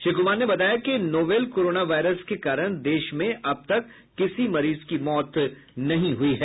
श्री कुमार ने बताया कि नोवल कोराना वायरस के कारण देश में अब तक किसी मरीज की मौत नहीं हुई है